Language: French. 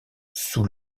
sous